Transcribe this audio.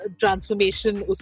transformation